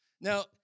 Now